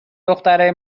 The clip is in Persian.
دخترای